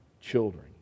children